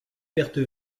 pertes